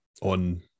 on